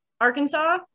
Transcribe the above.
Arkansas